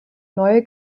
neu